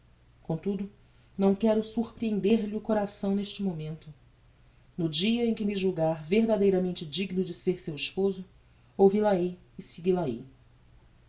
comtudo não quero sorprehender lhe o coração neste momento no dia em que me julgar verdadeiramente digno de ser seu esposo ouvi la hei e seguila hei